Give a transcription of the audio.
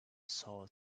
south